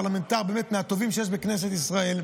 פרלמנטר באמת מהטובים שיש בכנסת ישראל.